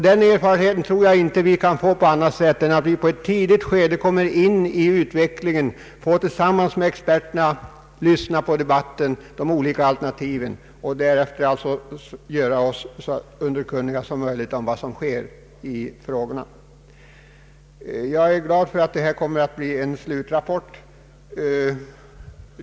Den erfarenheten tror jag inte vi kan få på annat sätt än att vi på ett tidigt stadium kommer in i utvecklingen och tillsammans med experterna får lyssna på de olika alternativen i debatten och där efter göra oss så underkunniga som möjligt om vad som sker i frågorna. Jag är glad över att det kommer att bli en slutrapport.